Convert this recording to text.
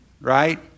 right